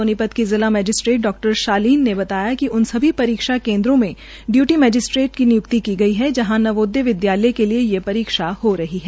सोनी त की जिला मैजिस्ट्रेट डॉ शालीन ने बताया कि उन सभी रीक्षा केन्द्रों मे डूयटी मैजिस्ट्रेट की नि्यक्ति की गई जहां नवोदय विद्यालय के लिये यह रीक्षा हो रही है